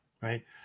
right